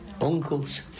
uncles